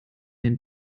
den